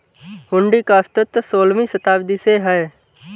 हुंडी का अस्तित्व सोलहवीं शताब्दी से है